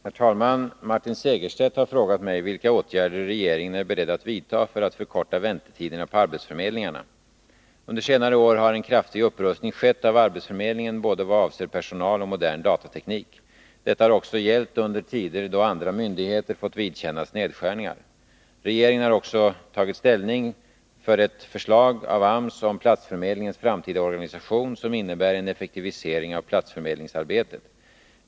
Herr talman! Martin Segerstedt har frågat mig vilka åtgärder regeringen är beredd att vidta för att förkorta väntetiderna på arbetsförmedlingarna. Under senare år har en kraftig upprustning skett av arbetsförmedlingen både vad avser personal och i fråga om modern datateknik. Detta har också gällt under tider då andra myndigheter fått vidkännas nedskärningar. Regeringen har också tagit ställning för ett förslag av AMS om platsförmedlingens framtida organisation, som innebär en effektivisering av platsförmedlingsarbetet.